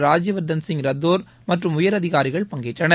ராஜ்யவர்தன் சிங் ரத்தோர் மற்றும் உயரதிகாரிகள் பங்கேற்றனர்